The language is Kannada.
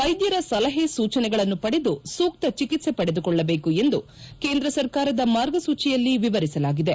ವೈದ್ದರ ಸಲಹೆ ಸೂಚನೆಗಳನ್ನು ಪಡೆದು ಸೂಕ್ತ ಚಿಕಿತ್ಲೆ ಪಡೆದುಕೊಳ್ಳಬೇಕು ಎಂದು ಕೇಂದ್ರ ಸರಕಾರದ ಮಾರ್ಗಸೂಚಿಯಲ್ಲಿ ವಿವರಿಸಲಾಗಿದೆ